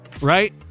right